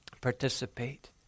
Participate